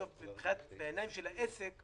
בסוף בעיניים של העסק,